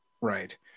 right